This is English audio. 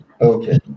Okay